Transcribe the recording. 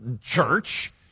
church